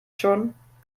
schon